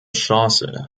chance